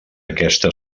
aquesta